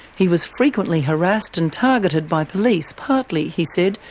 he was frequently harassed and targeted by police, partly, he said,